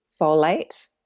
folate